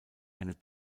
eine